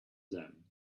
them